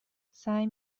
سعی